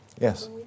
Yes